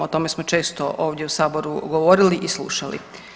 O tome smo često ovdje u saboru govorili i slušali.